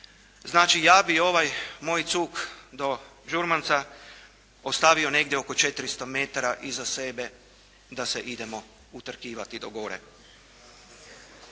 Znači, ja bi ovaj moj zug do Đurmanca ostavio negdje oko 400 metara iza sebe da se idemo utrkivati do gore.